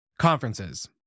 Conferences